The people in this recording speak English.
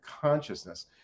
consciousness